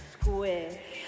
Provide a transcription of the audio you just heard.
Squish